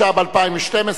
התשע"ב 2012,